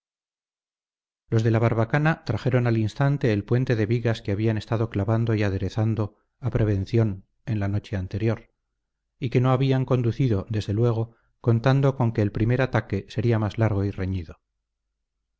los de la barbacana trajeron al instante el puente de vigas que habían estado clavando y aderezando a prevención en la noche anterior y que no habían conducido desde luego contando con que el primer ataque sería más largo y reñido